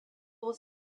was